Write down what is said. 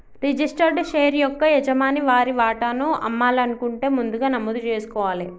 registered share యొక్క యజమాని వారి వాటాను అమ్మాలనుకుంటే ముందుగా నమోదు జేసుకోవాలే